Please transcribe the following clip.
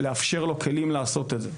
ולאפשר לו כלים לעשות את זה.